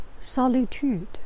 solitude